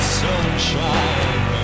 sunshine